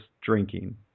drinking